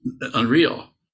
unreal